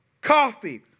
coffee